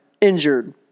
injured